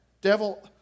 Devil